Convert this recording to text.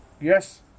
Yes